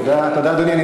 תודה, אדוני.